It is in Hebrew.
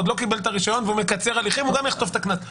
הוא עוד לא קיבל את הרישיון והוא מקצר הליכים הוא גם יחטוף את הקנס.